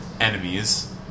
enemies